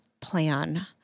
plan